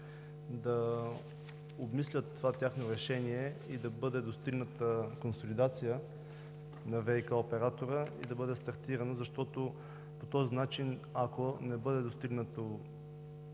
да обмислят това тяхно решение да бъде достигната консолидация на ВиК оператора и да бъде стартиран, защото по този начин, ако не бъде достигнато